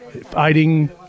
fighting